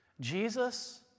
Jesus